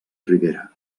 rivera